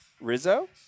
Rizzo